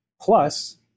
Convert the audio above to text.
plus